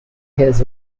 his